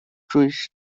jewish